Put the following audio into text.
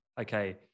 okay